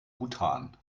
bhutan